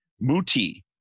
Muti